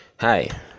hi